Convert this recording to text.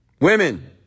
Women